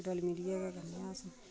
रली मिलियै गै करना असें